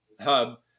hub